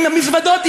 עם המזוודות,